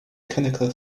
mechanical